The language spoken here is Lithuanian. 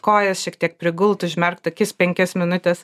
kojas šiek tiek prigult užmerkt akis penkias minutes